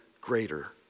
greater